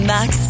Max